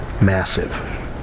Massive